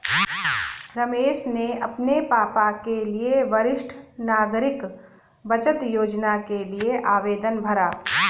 रमेश ने अपने पापा के लिए वरिष्ठ नागरिक बचत योजना के लिए आवेदन भरा